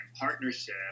partnership